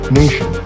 nation